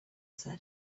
said